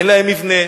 אין להם מבנה,